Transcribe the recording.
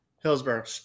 hillsborough